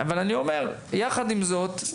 יחד עם זאת,